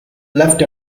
left